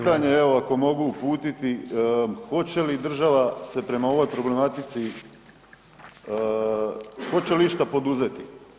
Pitanje, evo ako mogu uputiti, hoće li država se prema ovoj problematici, hoće li išta poduzeti?